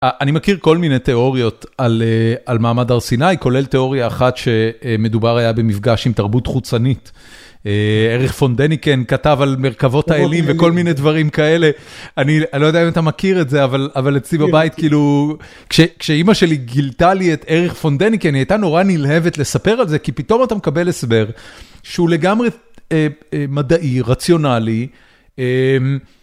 אני מכיר כל מיני תיאוריות על מעמד הר סיני, כולל תיאוריה אחת שמדובר היה במפגש עם תרבות חוצנית. ערך פונדניקן כתב על מרכבות האלים וכל מיני דברים כאלה. אני לא יודע אם אתה מכיר את זה, אבל אצלי בבית, כאילו... כש.. כשאימא שלי גילתה לי את ערך פונדניקן, היא הייתה נורא נלהבת לספר על זה, כי פתאום אתה מקבל הסבר, שהוא לגמרי מדעי, רציונלי.